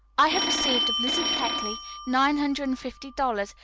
i have received of lizzy keckley nine hundred and fifty dollars,